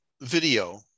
video